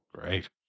Great